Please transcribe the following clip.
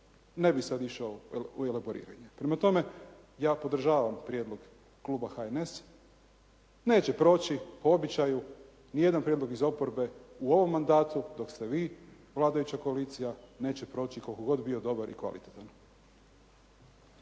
Ne bih sad išao u elaboriranje. Prema tome, ja podržavam prijedlog kluba HNS, neće proći po običaju ni jedan prijedlog iz oporbe u ovom mandatu dok ste vi vladajuća koalicija, neće proći koliko god bio dobar i kvalitetan.